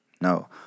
no